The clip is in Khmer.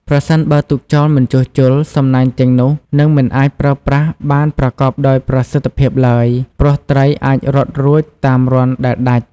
ប្រសិនបើទុកចោលមិនជួសជុល សំណាញ់ទាំងនោះនឹងមិនអាចប្រើប្រាស់បានប្រកបដោយប្រសិទ្ធភាពឡើយ ព្រោះត្រីអាចរត់រួចតាមរន្ធដែលដាច់។